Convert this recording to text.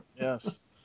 Yes